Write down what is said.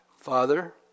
Father